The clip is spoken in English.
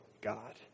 God